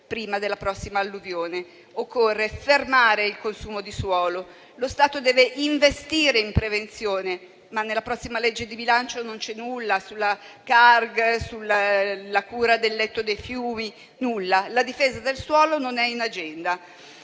prima della prossima alluvione. Occorre fermare il consumo di suolo. Lo Stato deve investire in prevenzione, ma nella prossima legge di bilancio non c'è nulla sulla Carta geologica nazionale (CARG), né sulla cura del letto dei fiumi: la difesa del suolo non è in agenda.